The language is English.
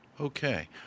Okay